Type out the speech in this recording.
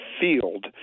field